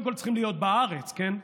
קודם כול צריכים להיות בארץ, כן,